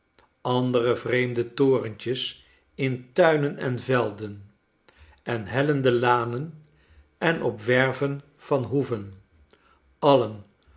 andere vreemde torentjes in tuinen en velden en hellende lanen en op werven van hoeven alien